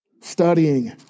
Studying